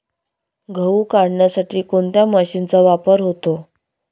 गहू काढण्यासाठी कोणत्या मशीनचा वापर होतो?